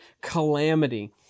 calamity